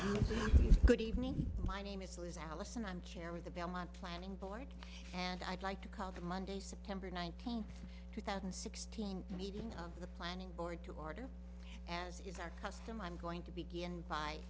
good evening my name is liz allison i'm chair of the belmont planning board and i'd like to call the monday september nineteenth two thousand and sixteen meeting of the planning board to order as is our custom i'm going to begin by